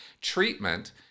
treatment